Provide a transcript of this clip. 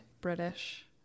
British